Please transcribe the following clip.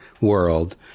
world